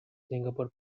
singapore